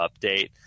update